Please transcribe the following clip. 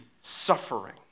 suffering